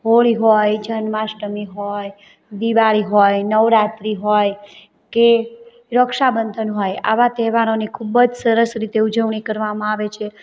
હોળી હોય જન્માષ્ટમી હોય દિવાળી હોય નવરાત્રિ હોય કે રક્ષાબંધન હોય આવા તહેવારોની ખૂબ જ સરસ રીતે ઉજવણી કરવામાં આવે છે